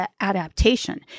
adaptation